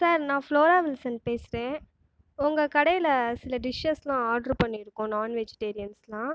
sir நான் Flora Wilson பேசுகிறேன் உங்கள் கடையில் சில டிஷ்ஷஸ்லாம் ஆர்டர் பண்ணி இருக்கோம் நான் வெஜிடேரியன்ஸ்லாம்